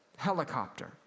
Helicopter